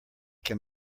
can